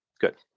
good